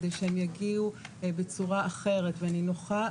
כדי שהם יגיעו בצורה אחרת ונינוחה,